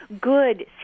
good